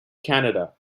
canada